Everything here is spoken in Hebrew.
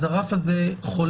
אז הרף הזה חולש